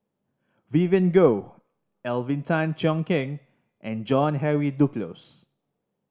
Vivien Goh Alvin Tan Cheong Kheng and John Henry Duclos